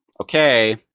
Okay